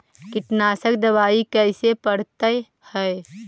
कीटनाशक दबाइ कैसे पड़तै है?